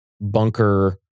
bunker